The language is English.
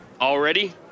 Already